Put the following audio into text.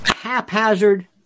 haphazard